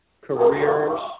careers